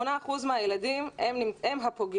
8 אחוזים מהילדים הם הפוגע.